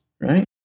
right